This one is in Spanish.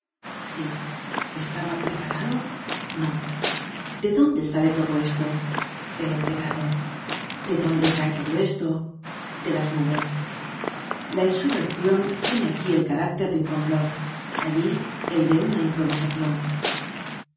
sí estaba preparado no de dónde sale todo esto del empedrado de dónde cae todo esto de las nubes la insurreccion tiene aquí el carácter de un complot allí el de una improvisacion